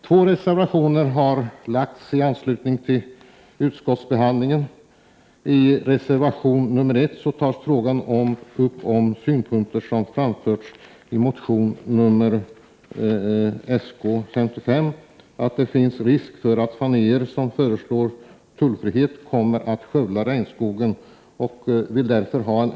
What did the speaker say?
Två reservationer har avgivits i anslutning till utskottsbehandlingen. I reservation 1 tas synpunkter upp som har framförts i motion Sk55, vari anförs att det finns risk för att faner som föreslås bli tullfritt kommer att leda till en skövling av regnskogen.